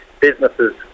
businesses